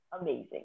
amazing